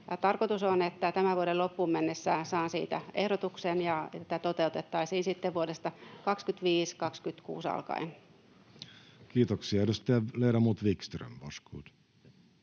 Tarkoitus on, että tämän vuoden loppuun mennessä saan siitä ehdotuksen, ja tämä toteutettaisiin sitten vuodesta 25 tai 26 alkaen. Ledamot Wickström, varsågod.